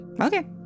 Okay